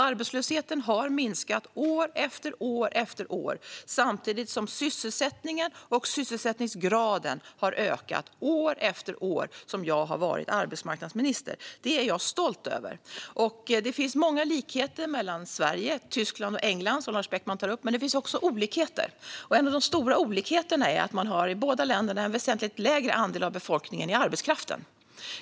Arbetslösheten har minskat år efter år som jag har varit arbetsmarknadsminister samtidigt som sysselsättningen och sysselsättningsgraden har ökat. Det är jag stolt över. Det finns många likheter mellan Sverige, Tyskland och England, som Lars Beckman tar upp. Men det finns också olikheter. En av de stora olikheterna är att man i dessa båda länder har en väsentligt lägre andel av befolkningen i arbetskraften.